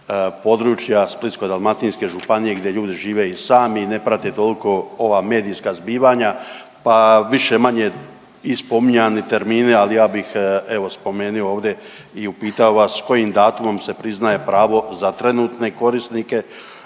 područja Splitsko-dalmatinske županije gdje ljudi žive i sami i ne prate tolko ova medijska zbivanja, pa više manje i spominjane termine, ali ja bih evo spomenuo ovdje i upitao vas s kojim datum se priznaje pravo za trenutne korisnike